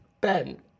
Ben